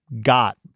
got